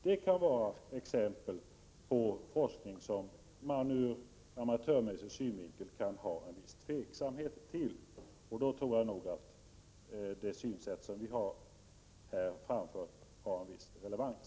Detta kan vara ett exempel på forskning som man från amatörmässiga utgångspunkter kan känna en viss tveksamhet inför. Därför tror jag också att det synsätt som vi har presenterat här har en viss relevans.